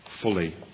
fully